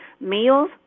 meals